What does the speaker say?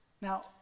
Now